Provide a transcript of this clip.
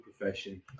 profession